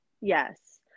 Yes